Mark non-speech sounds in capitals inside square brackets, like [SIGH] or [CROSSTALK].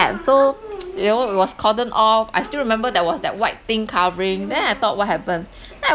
and so [NOISE] that area was cordoned off I still remember there was that white thing covering then I thought what happen then I